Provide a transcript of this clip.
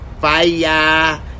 fire